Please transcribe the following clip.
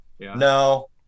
No